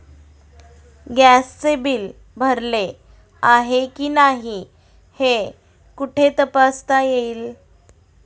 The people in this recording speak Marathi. गॅसचे बिल भरले आहे की नाही हे कुठे तपासता येईल?